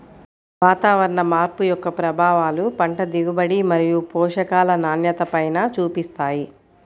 వాతావరణ మార్పు యొక్క ప్రభావాలు పంట దిగుబడి మరియు పోషకాల నాణ్యతపైన చూపిస్తాయి